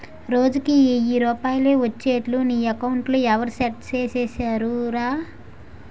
రోజుకి ఎయ్యి రూపాయలే ఒచ్చేట్లు నీ అకౌంట్లో ఎవరూ సెట్ సేసిసేరురా